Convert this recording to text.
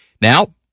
Now